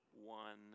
one